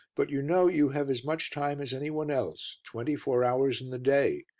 but, you know, you have as much time as any one else, twenty-four hours in the day,